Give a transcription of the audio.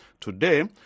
today